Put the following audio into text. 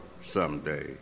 someday